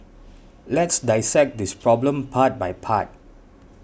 let's dissect this problem part by part